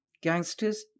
Gangsters